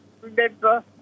remember